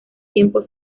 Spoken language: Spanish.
tiempo